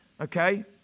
okay